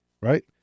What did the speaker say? right